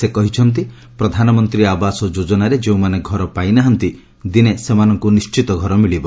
ସେ କହିଛନ୍ତି ପ୍ରଧାନମନ୍ତ୍ରୀ ଆବାସ ଯୋଜନାରେ ଯେଉଁମାନେ ଘର ପାଇନାହାନ୍ତି ଦିନେ ସେମାନଙ୍କୁ ନିଣ୍ଚିତ ଘର ମିଳିବ